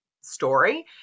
story